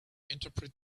interpret